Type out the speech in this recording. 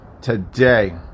Today